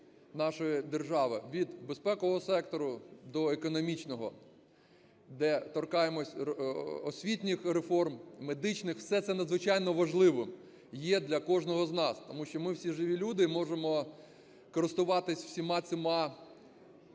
нашої держави, від безпекового сектору до економічного, де торкаємося освітніх реформ, медичних. Все це надзвичайно важливо є для кожного з нас, тому що ми всі живі люди і можемо користуватись всіма цими